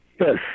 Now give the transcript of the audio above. Yes